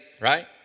right